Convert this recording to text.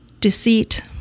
deceit